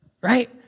right